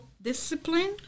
Discipline